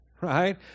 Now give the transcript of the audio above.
right